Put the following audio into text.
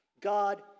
God